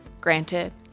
Granted